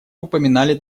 упоминали